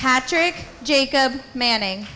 patrick jacob manning